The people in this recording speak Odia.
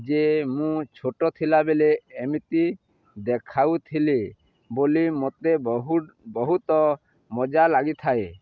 ଯେ ମୁଁ ଛୋଟ ଥିଲା ବେଲେ ଏମିତି ଦେଖାଉଥିଲି ବୋଲି ମୋତେ ବହୁ ବହୁତ ମଜା ଲାଗିଥାଏ